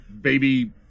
baby